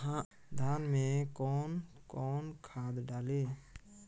धान में कौन कौनखाद डाली?